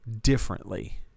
differently